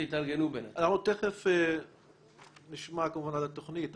תיכף נשמע כמובן על התוכנית.